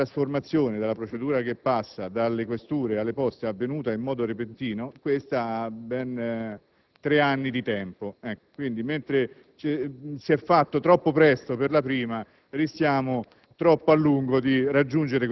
le procedure. Ma mentre la trasformazione della procedura che passa dalle questure alle Poste è avvenuta in modo repentino, l'altra ha ben tre anni di tempo. Quindi, mentre si è fatto troppo presto per la prima,